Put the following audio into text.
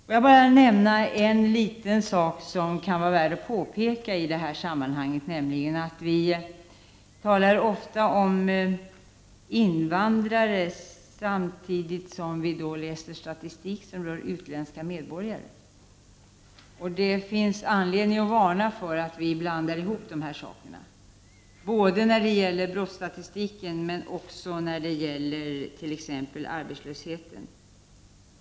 Får jag bara säga en liten sak som kan vara värt att påpeka i detta sammanhang, nämligen att vi ofta talar om invandrare när vi läser statistik som rör utländska medborgare. Det finns anledning att varna för att vi blandar ihop dessa saker både när det gäller brottsstatistik och när det gäller t.ex. arbetslöshet.